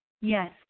Yes